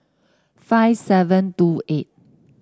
five seven two eight